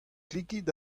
klikit